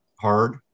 hard